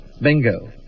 bingo